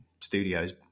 studios